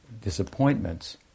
disappointments